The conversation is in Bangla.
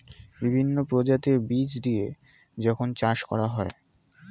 বিভিন্ন প্রজাতির বীজ দিয়ে যখন চাষ করা হয়